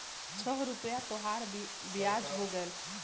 छह रुपइया तोहार बियाज हो गएल